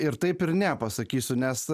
ir taip ir ne pasakysiu nes